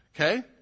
Okay